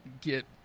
Get